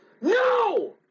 No